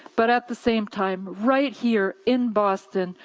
but at the same time, right here in boston,